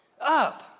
up